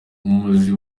umuzi